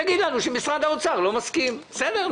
תגיד לנו שמשרד האוצר לא מסכים בסדר,